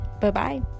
Bye-bye